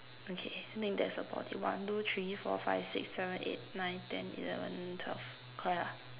okay I think that's about it one two three four five six seven eight nine ten eleven twelve correct lah